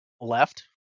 Left